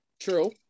True